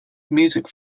music